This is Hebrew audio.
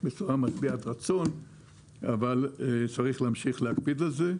בצורה משביעת רצון אבל צריך להמשיך להקפיד על זה,